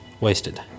wasted